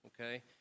okay